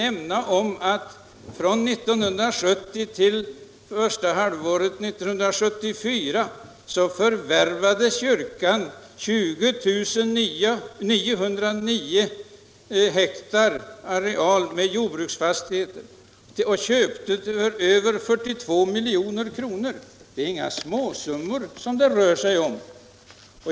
Från 1970 till första halvåret 1974 förvärvade kyrkan en areal på 20909 hektar med jordbruksfastigheter och köpte för över 42 milj.kr. Det är inga småsummor det rör sig om.